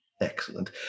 excellent